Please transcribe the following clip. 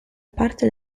parte